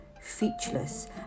featureless